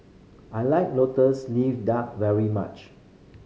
I like Lotus Leaf Duck very much